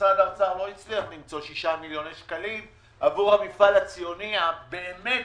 שמשרד האוצר לא הצליח למצוא 6 מיליוני שקלים עבור המפעל הציוני הבאמת